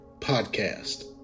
podcast